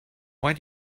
why